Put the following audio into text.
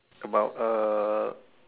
about a